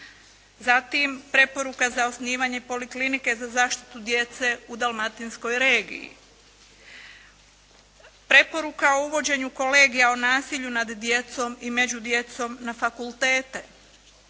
zatim preporuka za osnivanje poliklinike za zaštitu djece u dalmatinskoj regiji, preporuka o uvođenju kolegija o nasilju nad djecom i među djecom na fakultete,